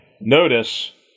Notice